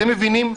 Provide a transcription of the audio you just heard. אתם מבינים?